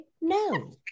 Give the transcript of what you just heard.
No